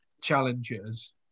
challengers